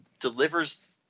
delivers